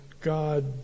God